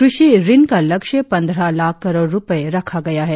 क्रषि ऋण का लक्ष्य पंद्रह लाख करोड़ रुपये रखा गया है